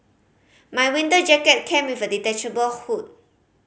my winter jacket came with a detachable hood